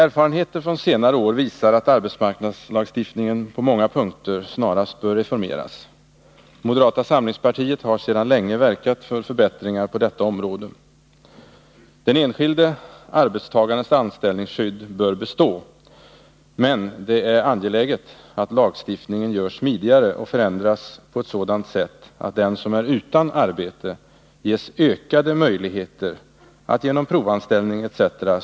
Erfarenheter från senare år visar att arbetsmarknadslagstiftningen på många punkter snarast bör reformeras. Moderata samlingspartiet har sedan länge verkat för förbättringar på detta område. Den enskilde arbetstagarens anställningsskydd bör bestå, men det är angeläget att lagstiftningen görs smidigare och förändras på sådant sätt att den som är utan arbete ges ökade möjligheter att genom provanställning etc.